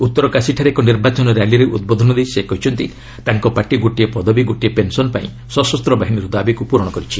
ଉତ୍ତରକାଶୀଠାରେ ଏକ ନିର୍ବାଚନ ର୍ୟାଲିରେ ଉଦ୍ବୋଧନ ଦେଇ ସେ କହିଛନ୍ତି ତାଙ୍କ ପାର୍ଟି ଗୋଟିଏ ପଦବୀ ଗୋଟିଏ ପେନ୍ସନ୍ ପାଇଁ ସଶସ୍ତ ବାହିନୀର ଦାବିକୁ ପ୍ରରଣ କରିଛି